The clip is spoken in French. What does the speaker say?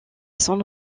san